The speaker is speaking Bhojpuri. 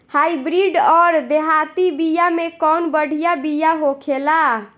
हाइब्रिड अउर देहाती बिया मे कउन बढ़िया बिया होखेला?